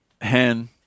hen